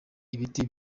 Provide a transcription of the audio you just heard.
ibiti